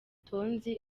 tonzi